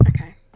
Okay